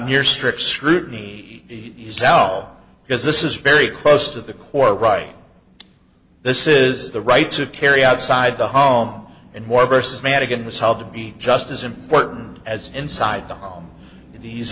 your strict scrutiny sal because this is very close to the core right this is the right to carry outside the home and more versus madigan was held to be just as important as inside the home of these